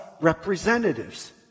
representatives